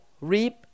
reap